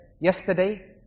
yesterday